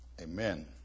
amen